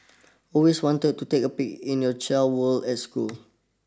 always wanted to take a peek into your child's world at school